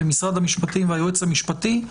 משרד המשפטים והיועץ המשפטי,